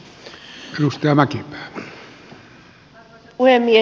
arvoisa puhemies